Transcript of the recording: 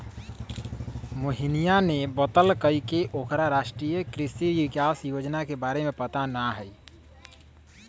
मोहिनीया ने बतल कई की ओकरा राष्ट्रीय कृषि विकास योजना के बारे में पता ना हई